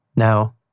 Now